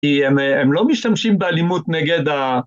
‫הם לא משתמשים באלימות נגד ה...